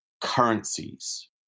currencies